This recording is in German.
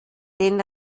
den